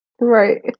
Right